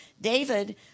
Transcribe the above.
David